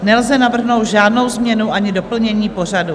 Nelze navrhnout žádnou změnu ani doplnění pořadu.